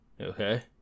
Okay